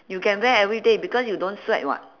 you can wear everyday because you don't sweat [what]